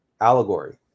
allegory